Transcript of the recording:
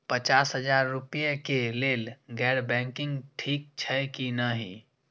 पचास हजार रुपए के लेल गैर बैंकिंग ठिक छै कि नहिं?